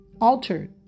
altered